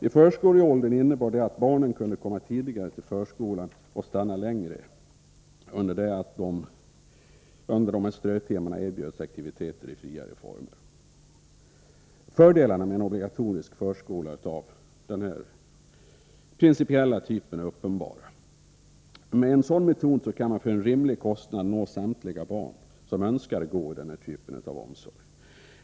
I förskoleåldern innebar det att barnen kunde komma tidigare till förskolan och stanna längre, under det att de under dessa strötimmar erbjöds aktiviteter i friare form. Fördelarna med en obligatorisk förskola av den här principiella typen är uppenbara. Med en sådan metod kan man för en rimlig kostnad nå samtliga barn som önskar gå i denna typ av omsorg.